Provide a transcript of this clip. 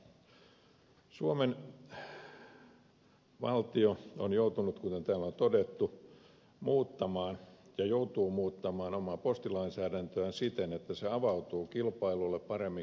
suomen valtio on joutunut kuten täällä on todettu muuttamaan ja joutuu muuttamaan omaa postilainsäädäntöään siten että se avautuu kilpailulle paremmin kuin nykyisin